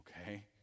okay